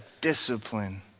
discipline